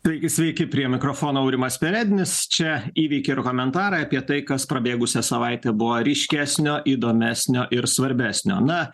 sveiki sveiki prie mikrofono aurimas perednis čia įvykiai ir komentarai apie tai kas prabėgusią savaitę buvo ryškesnio įdomesnio ir svarbesnio na